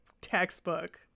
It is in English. textbook